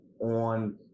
on